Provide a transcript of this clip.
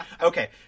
Okay